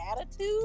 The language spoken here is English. attitude